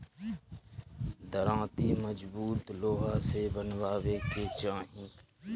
दराँती मजबूत लोहा से बनवावे के चाही